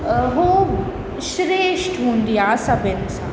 हू श्रेष्ठ हूंदी आहे ॿियनि सां